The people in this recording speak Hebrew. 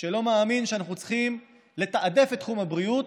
שלא מאמין שאנחנו צריכים לתעדף את תחום הבריאות.